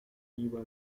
iba